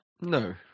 No